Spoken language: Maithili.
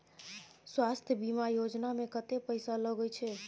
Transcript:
स्वास्थ बीमा योजना में कत्ते पैसा लगय छै?